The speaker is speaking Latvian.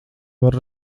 varu